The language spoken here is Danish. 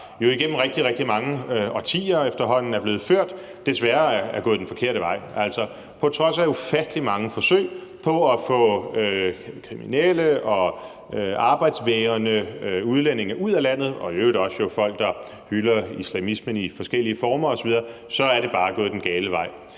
rigtig, rigtig mange årtier er blevet ført, desværre er gået den forkerte vej. Altså, på trods af ufattelig mange forsøg på at få kriminelle, arbejdsvægrende udlændinge og i øvrigt jo også folk, der hylder islamismen i forskellige former osv., ud af landet, så er det bare gået den gale vej.